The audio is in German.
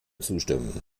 zustimmen